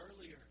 earlier